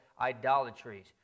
idolatries